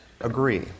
agree